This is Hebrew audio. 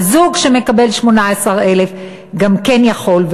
וזוג שמקבל 18,000 גם כן יכול.